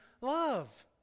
love